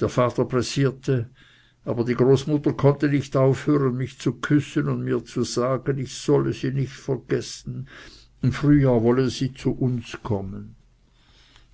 der vater pressierte aber die großmutter konnte nicht aufhören mich zu küssen und mir zu sagen ich solle sie nicht vergessen im frühjahr wolle sie zu uns kommen